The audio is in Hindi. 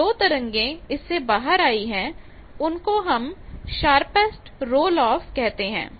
तो जो तरंगे इससे बाहर आई हैं उनको हम शार्पेस्ट रोल ऑफ कहते हैं